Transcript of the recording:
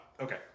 okay